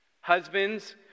husbands